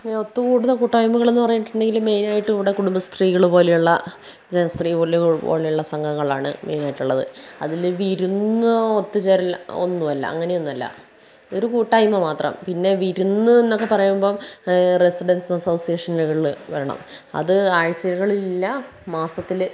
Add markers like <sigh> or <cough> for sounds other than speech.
ഇങ്ങനെ ഒത്തുകൂടുന്ന കൂട്ടായ്മകൾ എന്നു പറഞ്ഞിട്ടുണ്ടെങ്കിൽ മെയിൻ ആയിട്ടു ഇവിടെ കുടുംബസ്ത്രീകൾ പോലെയുള്ള ജനസ്ത്രീ <unintelligible> പോലെയുള്ള സംഘങ്ങൾ ആണ് മെയിൻ ആയിട്ടുള്ളത് അതിൽ വിരുന്ന് ഒത്തു ചേരൽ ഒന്നുമല്ല അങ്ങനെ ഒന്നുമല്ല ഒരു കൂട്ടായ്മ മാത്രം പിന്നെ വിരുന്ന് എന്നൊക്കെ പറയുമ്പം റെസിഡൻസ് അസോസിയേഷനുകലകൾ വേണം അത് ആഴ്ചകളിൽ ഇല്ല മാസത്തിൽ